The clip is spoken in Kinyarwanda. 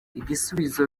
igisubizo